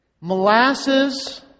Molasses